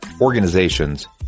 organizations